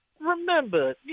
Remember